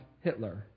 Hitler